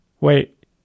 wait